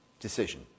Decision